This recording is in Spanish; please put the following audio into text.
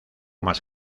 más